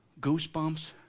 goosebumps